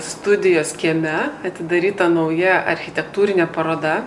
studijos kieme atidaryta nauja architektūrinė paroda